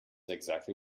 exactly